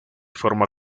forma